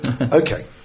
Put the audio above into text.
Okay